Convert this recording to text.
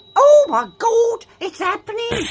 oh my gawd, it's happening!